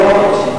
טוב.